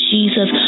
Jesus